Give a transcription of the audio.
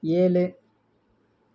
ஏழு